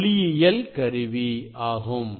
ஒளியியல் கருவி ஆகும்